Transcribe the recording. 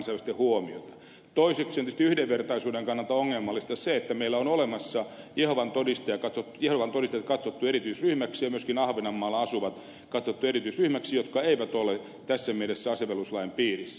toiseksi on tietysti yhdenvertaisuuden kannalta ongelmallista se että meillä on jehovan todistajat katsottu erityisryhmäksi ja myöskin ahvenanmaalla asuvat katsottu erityisryhmäksi jotka eivät ole tässä mielessä asevelvollisuuslain piirissä